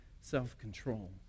self-control